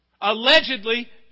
Allegedly